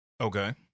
Okay